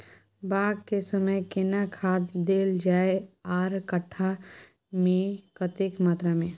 बाग के समय केना खाद देल जाय आर कट्ठा मे कतेक मात्रा मे?